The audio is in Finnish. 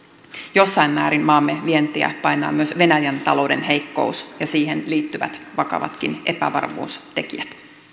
jossain määrin maamme vientiä painaa myös venäjän talouden heikkous ja siihen liittyvät vakavatkin epävarmuustekijät